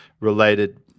related